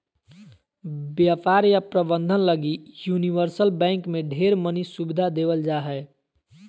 व्यापार या प्रबन्धन लगी यूनिवर्सल बैंक मे ढेर मनी सुविधा देवल जा हय